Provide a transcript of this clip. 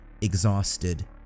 Exhausted